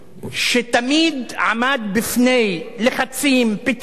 שתמיד עמד בפני לחצים, פיתויים,